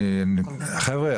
חבר'ה,